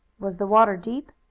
was the water deep?